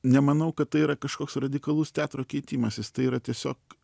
nemanau kad tai yra kažkoks radikalus teatro keitimasis tai yra tiesiog